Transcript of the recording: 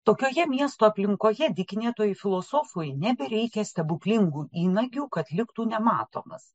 tokioje miesto aplinkoje dykinėtojui filosofui nebereikia stebuklingų įnagių kad liktų nematomas